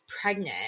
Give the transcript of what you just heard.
pregnant